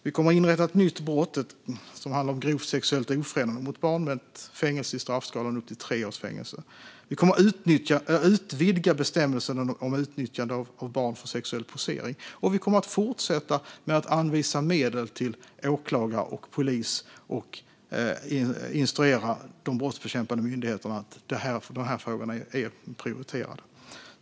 Vi kommer att inrätta ett nytt brott som handlar om grovt sexuellt ofredande mot barn, med upp till tre års fängelse i straffskalan. Vi kommer att utvidga bestämmelsen om utnyttjande av barn för sexuell posering. Vi kommer också att fortsätta anvisa medel till åklagare och polis och instruera de brottsbekämpande myndigheterna att dessa frågor är prioriterade.